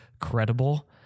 credible